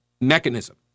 mechanism